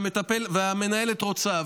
והמנהלת רוצה,